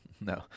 No